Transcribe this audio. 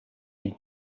ils